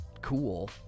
cool